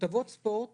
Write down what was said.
תותבות ספורט